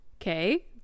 okay